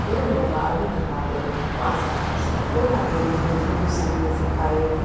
ਜਦੋਂ ਮੈਂ ਬਾਰਵੀਂ ਜਮਾਤ ਪਾਸ ਕੀਤੀ ਸੀ ਉਹਨਾਂ ਨੇ ਮੈਨੂੰ ਸੂਟ ਸੀਨੇ ਸਿਖਾਏ